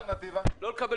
לא.